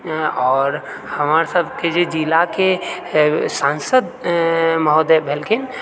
आओर हमरसभके जे जिलाके सांसद महोदय भेलखिन